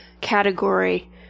Category